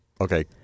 Okay